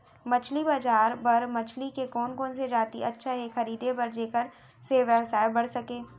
मछली बजार बर मछली के कोन कोन से जाति अच्छा हे खरीदे बर जेकर से व्यवसाय बढ़ सके?